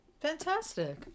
fantastic